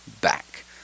back